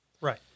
Right